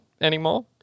anymore